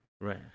Right